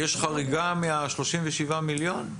יש חריגה מה-37 מיליון?